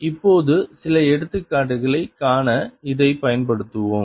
இப்போது சில எடுத்துக்காட்டுகளைக் காண இதைப் பயன்படுத்துவோம்